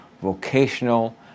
vocational